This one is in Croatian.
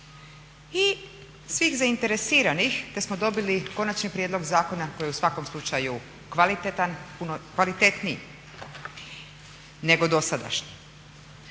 i svih zainteresiranih te smo dobili konačni prijedlog zakona koji je u svakom slučaju kvalitetan, puno kvalitetniji